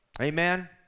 Amen